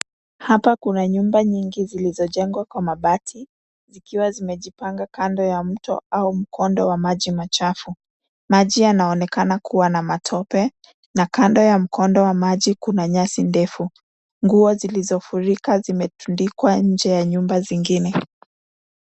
Hapa kuna nyumba nyingi zilizojengwa kwa mabati, zikiwa zimejipanga kando ya mto au mkondo wa maji machafu. Maji yanaonekana kuwa na matope na kando ya mkondo wa maji kuna nyasi ndefu. Nguo zilizofurika zimetundikwa nje ya nyumba zingine.